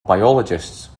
biologists